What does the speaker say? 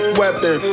weapon